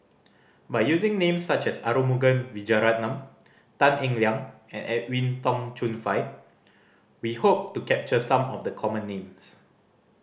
by using names such as Arumugam Vijiaratnam Tan Eng Liang and Edwin Tong Chun Fai we hope to capture some of the common names